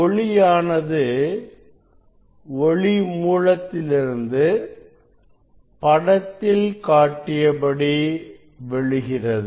ஒளியானது ஒளி மூலத்திலிருந்து படத்தில் காட்டியபடி விழுகிறது